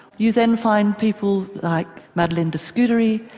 you then find people like madeleine de scudery,